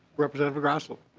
representative grossell